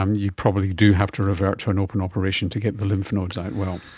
um you probably do have to revert to an open operation to get the lymph nodes out well.